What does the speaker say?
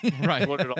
right